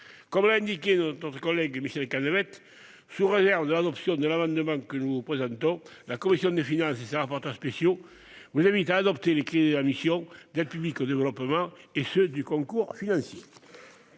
Comme l'a indiqué notre collègue Michel Canévet, sous réserve de l'adoption de l'amendement que nous vous présenterons, la commission des finances, par la voix de ses rapporteurs spéciaux, vous invite à adopter les crédits de la mission « Aide publique au développement » et ceux du compte de concours financiers